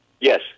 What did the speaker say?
Yes